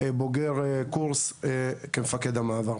בוגר קורס כמפקד המעבר.